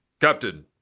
Captain